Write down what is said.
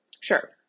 Sure